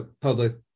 public